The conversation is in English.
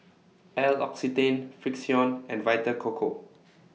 L'Occitane Frixion and Vita Coco